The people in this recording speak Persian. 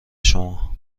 شما